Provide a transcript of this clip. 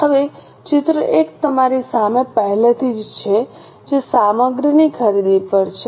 હવે ચિત્ર 1 તમારી સામે પહેલેથી જ છે જે સામગ્રીની ખરીદી પર છે